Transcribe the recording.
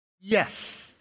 yes